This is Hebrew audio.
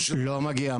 לא מגיעה.